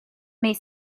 made